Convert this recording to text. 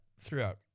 throughout